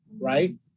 right